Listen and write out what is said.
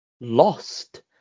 lost